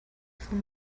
for